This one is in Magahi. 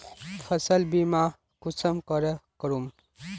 फसल बीमा कुंसम करे करूम?